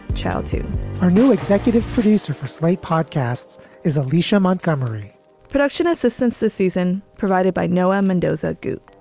child, to our new executive producer for slate podcasts is alicia montgomery production assistance this season provided by noel mendoza? good